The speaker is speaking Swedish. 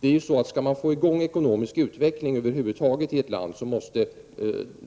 Skall man över huvud taget få i gång ekonomisk utveckling måste